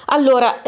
Allora